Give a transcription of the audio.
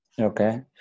Okay